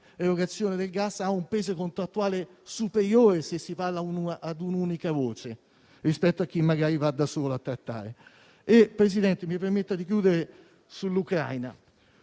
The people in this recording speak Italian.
erogazione del gas ha un peso contrattuale superiore se parla con un'unica voce, rispetto a chi magari va da solo a trattare. Presidente, mi permetta di fare, in